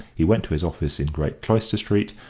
he went to his office in great cloister street,